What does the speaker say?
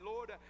Lord